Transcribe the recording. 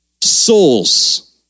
Souls